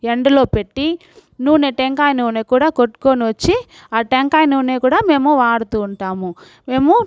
ఎండలో పెట్టి నూనె టెంకాయ నూనె కూడా కొట్టుకోని వచ్చి ఆ టెంకాయ నూనె కూడా మేము వాడుతూ ఉంటాము మేము